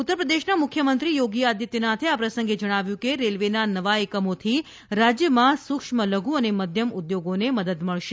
ઉત્તરપ્રદેશના મુખ્યમંત્રી યોગી આદિત્યનાથે આ પ્રસંગે જણાવ્યું કે રેલ્વેના નવા એકમોથી રાજ્યમાં સુક્ષ્મ લધુ અને મધ્યમ ઉદ્યોગોને મદદ મળશે